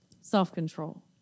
self-control